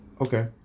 okay